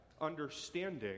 understanding